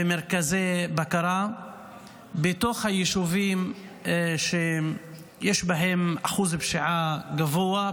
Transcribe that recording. ומרכזי בקרה בתוך היישובים שיש בהם אחוז פשיעה גבוה,